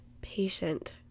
patient